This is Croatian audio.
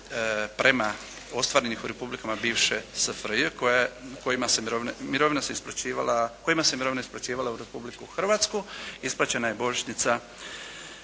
prema ostvarenih u republikama bivše SFRJ kojima se mirovina isplaćivala u Republiku Hrvatsku isplaćena je božićnica